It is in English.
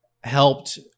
helped